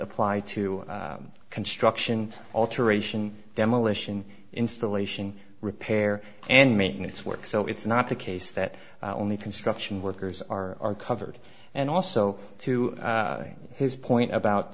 apply to construction alteration demolition installation repair and maintenance work so it's not the case that only construction workers are covered and also to his point about